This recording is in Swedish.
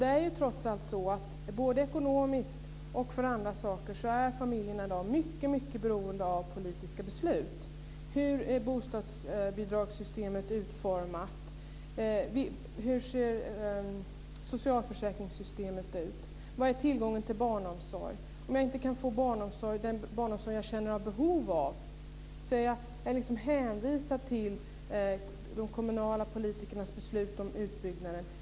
Det är trots allt så att familjerna i dag ekonomiskt och i andra avseenden är mycket beroende av politiska beslut. Hur är bostadsbidragssystemet utformat? Hur ser socialförsäkringssystemet ut? Hurdan är tillgången till barnomsorg? För att få den barnomsorg som man är i behov av är man hänvisad till de kommunala politiska besluten om utbyggnad.